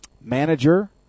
manager